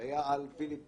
שהיה על "פיליפ